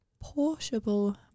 Portable